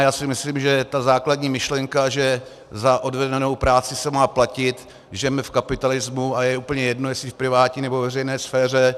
Já si myslím, že ta základní myšlenka, že za odvedenou práci se má platit, žijeme v kapitalismu a je úplně jedno, jestli v privátní, nebo veřejné sféře.